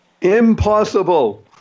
Impossible